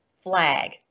flag